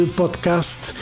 podcast